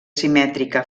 simètrica